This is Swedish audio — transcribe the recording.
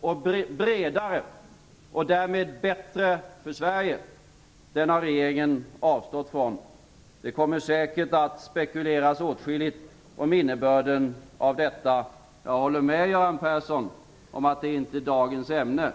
och bredare och därmed bättre för Sverige har regeringen avstått ifrån. Det kommer säkert att spekuleras åtskilligt om innebörden av detta. Jag håller med Göran Persson om att det inte är dagens ämne.